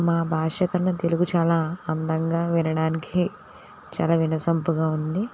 మా భాష కన్నా తెలుగు చాలా అందంగా వినడానికి చాలా వినసొంపుగా ఉంది